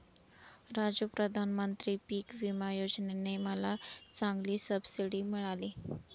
राजू प्रधानमंत्री पिक विमा योजने ने मला चांगली सबसिडी मिळाली